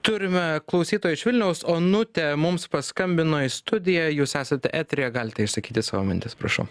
turime klausytoją iš vilniaus onutė mums paskambino į studiją jūs esat eteryje galite išsakyti savo mintis prašau